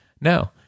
No